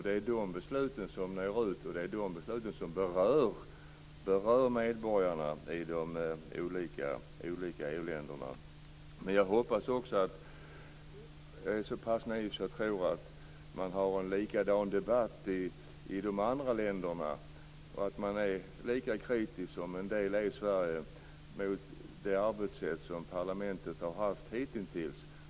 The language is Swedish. Det är de besluten som når ut, och det är de besluten som berör medborgarna i de olika EU-länderna. Jag är så pass ny att jag tror att man har en likadan debatt i de andra länderna och att man är lika kritisk som en del är i Sverige mot det arbetssätt som parlamentet har haft hitintills.